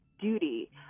duty